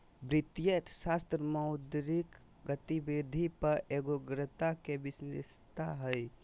वित्तीय अर्थशास्त्र मौद्रिक गतिविधि पर एगोग्रता के विशेषता हइ